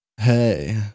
Hey